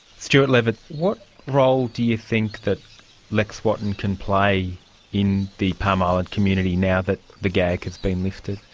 stewart levitt, what role do you think that lex wotton can play in the palm island community now that the gag has been lifted?